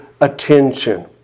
attention